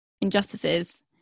injustices